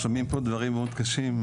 שומעים פה דברים מאוד קשים,